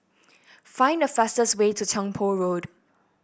find the fastest way to Tiong Poh Road